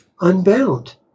unbound